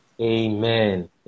Amen